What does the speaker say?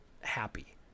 happy